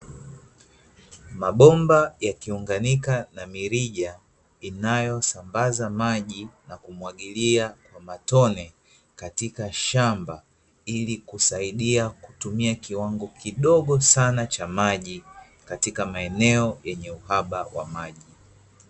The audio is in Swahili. Mabomba yakiunganika na mirija, inayosambaza maji na kumwagilia matone katika shamba, ili kusaidia kutumia kiwango kidogo sana cha maji, katika maeneo yenye uhaba wa maji.